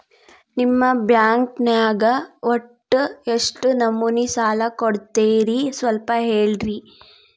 ನಿಮ್ಮ ಬ್ಯಾಂಕ್ ನ್ಯಾಗ ಒಟ್ಟ ಎಷ್ಟು ನಮೂನಿ ಸಾಲ ಕೊಡ್ತೇರಿ ಸ್ವಲ್ಪ ಹೇಳ್ರಿ